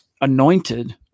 anointed